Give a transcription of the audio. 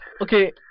Okay